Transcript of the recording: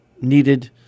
needed